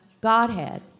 Godhead